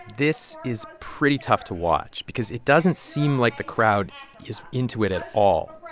this is pretty tough to watch because it doesn't seem like the crowd is into it at all.